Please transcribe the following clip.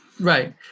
Right